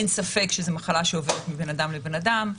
אין ספק שזו מחלה שעוברת מבן אדם לבן אדם.